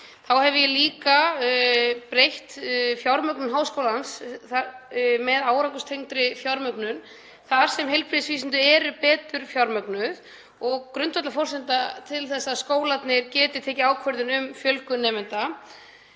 Þá hef ég líka breytt fjármögnun háskólans með árangurstengdri fjármögnun þar sem heilbrigðisvísindi eru betur fjármögnuð. Það er grundvallarforsenda til þess að skólarnir geti tekið ákvörðun um fjölgun nemenda.